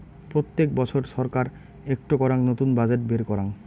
প্রত্যেক বছর ছরকার একটো করাং নতুন বাজেট বের করাং